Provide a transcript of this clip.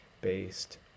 based